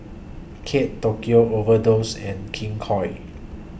Kate Tokyo Overdose and King Koil